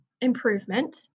improvement